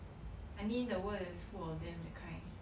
I mean the world is full of them that kind